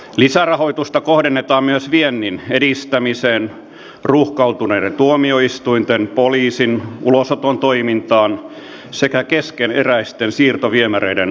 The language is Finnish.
lisärahoitusta kohdennetaan myös viennin edistämiseen ruuhkautuneiden tuomioistuinten poliisin ulosoton toimintaan sekä keskeneräisten siirtoviemäreiden loppuunsaattamiseen